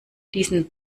diesen